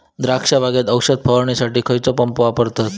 द्राक्ष बागेत औषध फवारणीसाठी खैयचो पंप वापरतत?